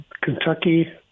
Kentucky